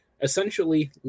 essentially